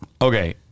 okay